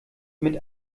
mit